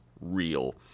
real